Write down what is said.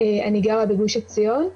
אני גרה בגוש עציון,